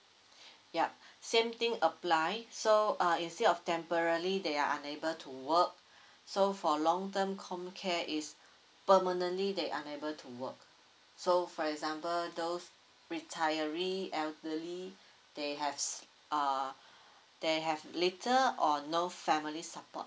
ya same thing apply so uh instead of temporally they are unable to work so for long term comcare it's permanently they're unable to work so for example those retiree elderly they have s~ uh they have little or no family support